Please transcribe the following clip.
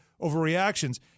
overreactions